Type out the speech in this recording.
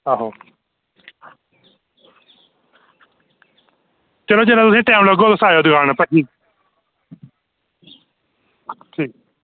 आहो चलो जेल्लै तुसेंगी टाइम लग्गग तुस आयो दुकान उप्पर ठीक